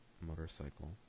motorcycle